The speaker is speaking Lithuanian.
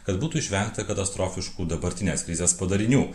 kad būtų išvengta katastrofiškų dabartinės krizės padarinių